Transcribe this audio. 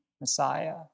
Messiah